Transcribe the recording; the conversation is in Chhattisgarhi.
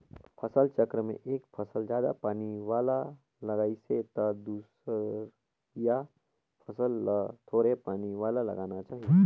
फसल चक्र में एक फसल जादा पानी वाला लगाइसे त दूसरइया फसल ल थोरहें पानी वाला लगाना चाही